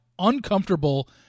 uncomfortable